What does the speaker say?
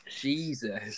jesus